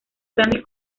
grandes